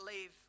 leave